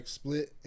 split